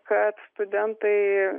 kad studentai